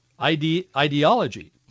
ideology